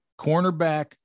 cornerback